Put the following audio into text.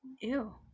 Ew